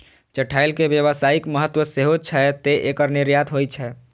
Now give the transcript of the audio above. चठैल के व्यावसायिक महत्व सेहो छै, तें एकर निर्यात होइ छै